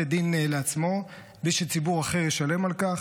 דין לעצמו בלי שציבור אחר ישלם על כך.